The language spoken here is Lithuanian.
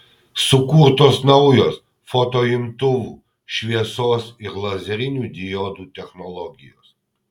sukurtos naujos fotoimtuvų šviesos ir lazerinių diodų technologijos